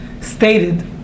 stated